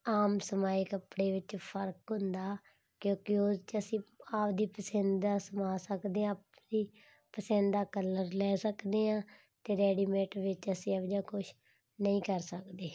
ਆਮ ਸਿਲਾਏ ਕੱਪੜੇ ਵਿੱਚ ਫ਼ਰਕ ਹੁੰਦਾ ਕਿਉਂਕਿ ਉਹ 'ਚ ਅਸੀਂ ਆਪਣੀ ਪਸੰਦ ਦਾ ਸਿਲਾ ਸਕਦੇ ਹਾਂ ਆਪਣੀ ਪਸੰਦ ਦਾ ਕਲਰ ਲੈ ਸਕਦੇ ਹਾਂ ਅਤੇ ਰੈਡੀਮੇਟ ਵਿੱਚ ਅਸੀਂ ਇਹੋ ਜਿਹਾ ਕੁਛ ਨਹੀਂ ਕਰ ਸਕਦੇ